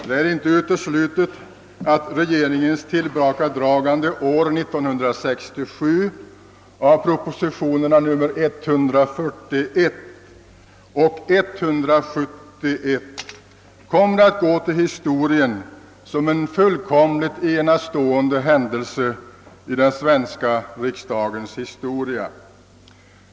Det är inte uteslutet att regeringens tillbakadragande av propositionerna 141 och 171 år 1967 kommer att gå till historien som en fullkomligt enastående händelse i den svenska riksdagens historia.